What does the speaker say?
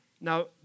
Now